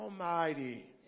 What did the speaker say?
Almighty